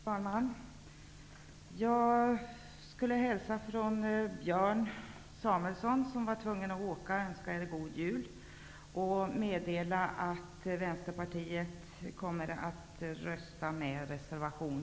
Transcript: Herr talman! Jag skulle hälsa från Björn Samuelson, som önskar er en god jul, och meddela att Vänsterpartiet kommer att rösta för reservation